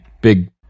big